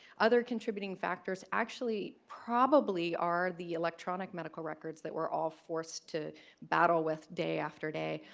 other contributing factors actually probably are the electronic medical records that we're all forced to battle with day after day.